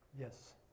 Yes